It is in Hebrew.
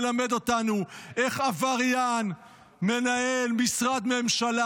מלמד אותנו איך עבריין מנהל משרד ממשלה.